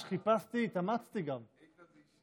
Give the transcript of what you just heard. הוא חושב באמת שבנט יענה לו.